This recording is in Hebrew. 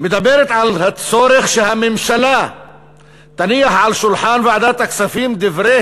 מדברת על הצורך שהממשלה תניח על שולחן ועדת הכספים דברי